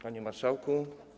Panie Marszałku!